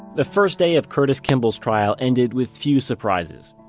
the first day of curtis kimball's trial ended with few surprises.